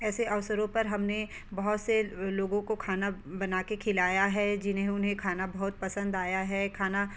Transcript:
ऐसे अवसरों पर हमने बहुत से लोगों को खाना बनाके खिलाया है जिन्हें उन्हें खाना बहुत पसंद आया है खाना